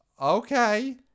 Okay